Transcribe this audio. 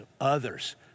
others